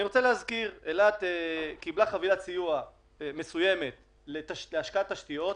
אילת קיבלה חבילת סיוע מסוימת להשקעת תשתיות,